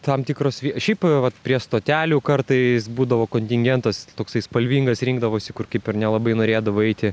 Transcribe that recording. tam tikros vie šiaip vat prie stotelių kartais būdavo kontingentas toksai spalvingas rinkdavosi kur kaip ir nelabai norėdavai eiti